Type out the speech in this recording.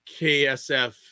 KSF